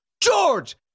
George